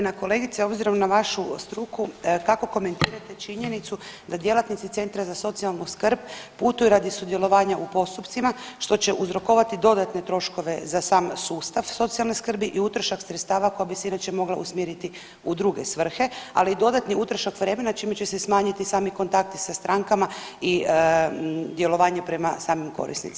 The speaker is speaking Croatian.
Uvažena kolegice obzirom na vašu struku kako komentirate činjenicu da djelatnici centra za socijalnu skrb putuju radi sudjelovanja u postupcima što će uzrokovati dodatne troškove za sam sustav socijalne skrbi i utrošak sredstava koja bi se inače mogla usmjeriti u druge svrhe, ali i dodatni utrošak vremena čime će se smanjiti sami kontakti sa strankama i djelovanje prema samim korisnicima.